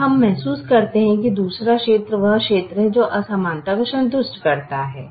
अब हम महसूस करते हैं कि दूसरा क्षेत्र वह क्षेत्र है जो असमानता को संतुष्ट करता है